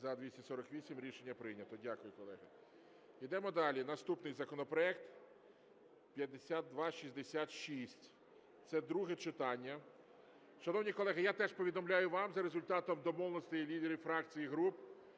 За-248 Рішення прийнято. Дякую, колеги. Йдемо далі. Наступний законопроект 5266. Це друге читання. Шановні колеги, я теж повідомляю вам, за результатом домовленостей лідерів фракцій і груп